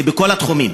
זה בכל התחומים.